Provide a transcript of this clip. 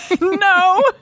no